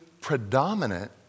predominant